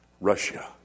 Russia